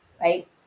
right